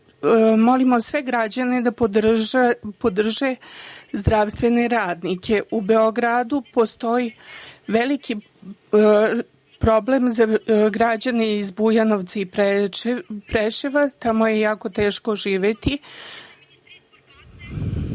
sve građane da podrže zdravstvene radnike.U Beogradu postoji veliki problem. Građani iz Bujanovca i Preševa, tamo je jako teško živeti.